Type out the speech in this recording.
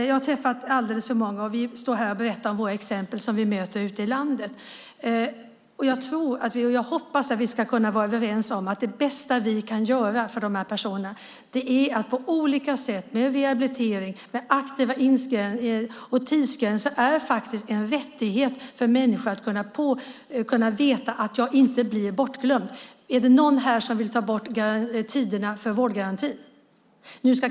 Jag har träffat så många. Vi berättar om personer som vi har träffat ute landet. Jag hoppas att vi kan vara överens om att det bästa vi kan göra är rehabilitering och aktiva insatser. Tidsgränser är faktiskt en rättighet för människor. De ska kunna veta att de inte blir bortglömda. Vill någon här ta bort tiderna för vårdgarantin?